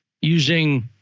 using